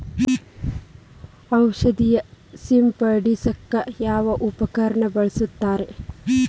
ಔಷಧಿ ಸಿಂಪಡಿಸಕ ಯಾವ ಉಪಕರಣ ಬಳಸುತ್ತಾರಿ?